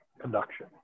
conduction